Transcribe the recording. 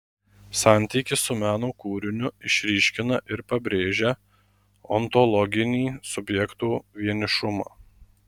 santykis su meno kūriniu išryškina ir pabrėžia ontologinį subjekto vienišumą